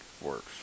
works